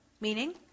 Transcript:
meaning